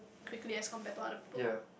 quickly as compared to other people